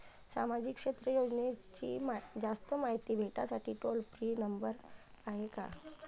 सामाजिक क्षेत्र योजनेची जास्त मायती भेटासाठी टोल फ्री नंबर हाय का?